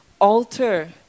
alter